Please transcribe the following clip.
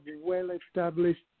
well-established